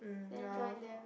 then join them